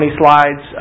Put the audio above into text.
slides